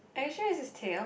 are you sure this is teal